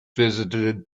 visited